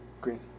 Green